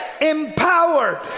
empowered